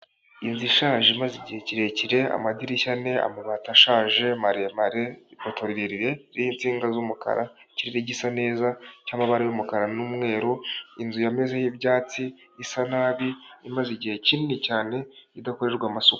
Inzu ishaje imaze igihe kirekire amadirishya ane amabati ashaje maremare, ipoto rirerire n'insinga z'umukara, ikirere gisa neza cy'amabara y'umukara n'umweru, inzu yamezeho ibyatsi isa nabi imaze igihe kinini cyane idakorerwa amasuka.